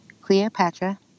Cleopatra